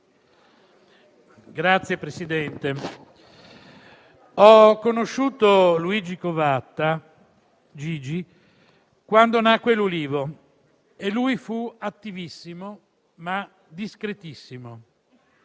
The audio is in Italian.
Signor Presidente, ho conosciuto Luigi Covatta quando nacque l'Ulivo e lui fu attivissimo, ma discretissimo.